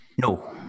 No